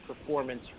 performance